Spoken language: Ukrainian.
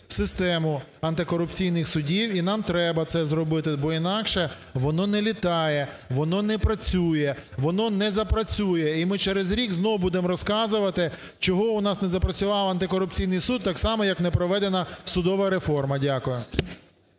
систему антикорупційних судів, і нам треба це зробити. Бо інакше воно не літає, воно не працює, воно не запрацює. І ми через рік знову будемо розказувати, чого у нас не запрацював антикорупційний суд, так само, як не проведена судова реформа. Дякую.